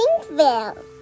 Pinkville